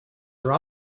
are